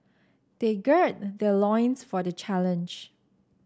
they gird their loins for the challenge